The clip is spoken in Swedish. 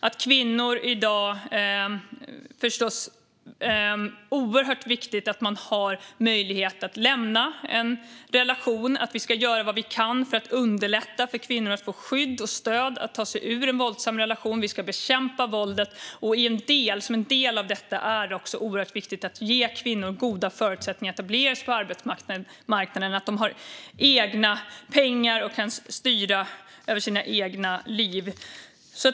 Det är oerhört viktigt att kvinnor har möjlighet att lämna en relation, och vi måste göra det vi kan för att underlätta för kvinnor att få skydd och stöd att ta sig ur en våldsam relation. Vi ska bekämpa våldet, och en viktig del i detta är att ge kvinnor goda förutsättningar att etablera sig på arbetsmarknaden så att de har egna pengar och kan styra över sina egna liv.